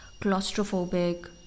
claustrophobic